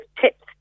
tips